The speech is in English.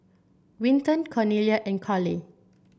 Winton Cornelia and Carli